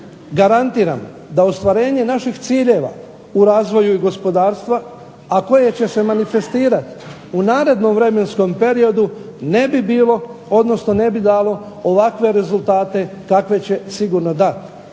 garantiram da ostvarenje naših ciljeva u razvoju i gospodarstva, a koje će se manifestirati u narednom vremenskom periodu ne bi bilo, odnosno ne bi dalo ovakve rezultate kakve će sigurno dati.